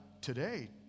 today